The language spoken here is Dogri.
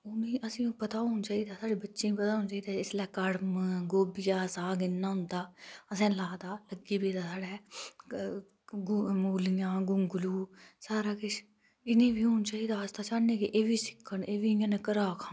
असैं गी पता होना चाहिदा साढ़ै बच्चैं गी पता होना चाहिदा कि एसलै कड़म गभिया साग इन्ना होंदा असें लाए दा साढ़ै मूलियां गोंगलू सारा किछ इने बी हुन चाहिदा साढ़ै कन्नै एह् बी सिक्खन एह इयै ने घरा दा खान